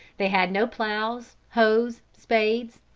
they had no ploughs, hoes, spades,